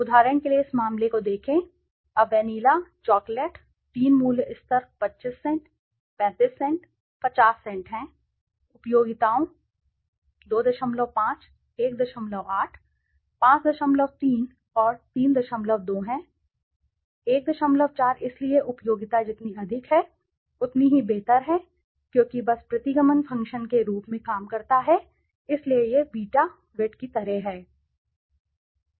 उदाहरण के लिए इस मामले को देखें अब वेनिला चॉकलेट तीन मूल्य स्तर 25 सेंट 35 सेंट 50 सेंट हैं उपयोगिताओं 25 18 53 और 32 हैं 14 इसलिए उपयोगिता जितनी अधिक है उतनी ही बेहतर है क्यों क्योंकि बस प्रतिगमन फ़ंक्शन के रूप में काम करता है इसलिए यह बीटा वेट की तरह है